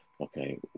Okay